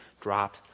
Dropped